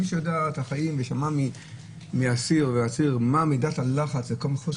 מי שמכיר את החיים ושמע מאסיר מה מידת הלחץ ומה חוסר